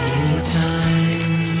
Anytime